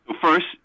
first